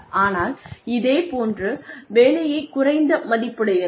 ஆனால் இதே போன்ற வேலை குறைந்த மதிப்புடையது